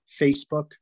Facebook